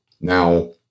Now